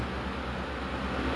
oh sedihnya